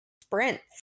sprints